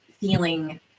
feeling